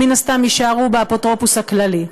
מן הסתם יישארו אצל האפוטרופוס הכללי.